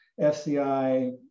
FCI